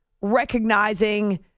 recognizing